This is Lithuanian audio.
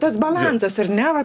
tas balansas ar ne va čia vat